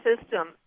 system